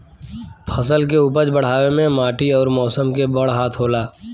फसल के उपज बढ़ावे मे माटी अउर मौसम के बड़ हाथ होला